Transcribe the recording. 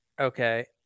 Okay